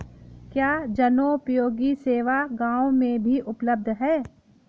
क्या जनोपयोगी सेवा गाँव में भी उपलब्ध है?